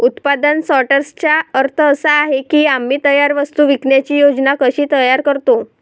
उत्पादन सॉर्टर्सचा अर्थ असा आहे की आम्ही तयार वस्तू विकण्याची योजना कशी तयार करतो